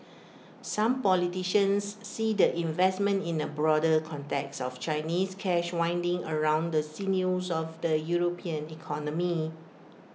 some politicians see the investment in A broader context of Chinese cash winding around the sinews of the european economy